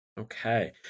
Okay